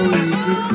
easy